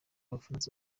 bufaransa